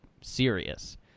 serious